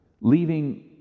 leaving